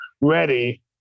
ready